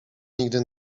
nigdy